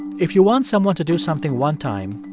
if you want someone to do something one time,